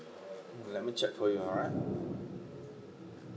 let me check for you alright